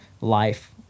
life